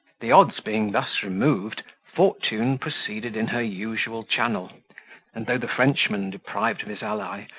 the odds being thus removed, fortune proceeded in her usual channel and though the frenchman, deprived of his ally,